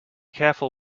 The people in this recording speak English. careful